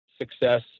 success